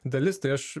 dalis tai aš